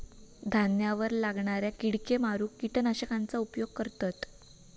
धान्यावर लागणाऱ्या किडेक मारूक किटकनाशकांचा उपयोग करतत